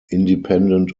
independent